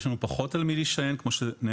יש לנו הרבה פחות על מי להישען כפי שנאמר